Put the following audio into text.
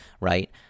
right